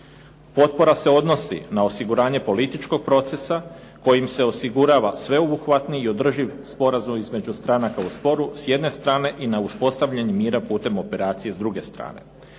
Potpora se odnosi na osiguranje političkog procesa kojim se osigurava sveobuhvatni i održiv sporazum između stranaka u sporu, s jedne strane i na uspostavljanje mira putem operacije s druge strane.